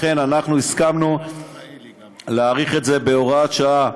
לכן הסכמנו להאריך את זה בהוראת שעה,